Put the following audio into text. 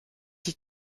die